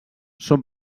són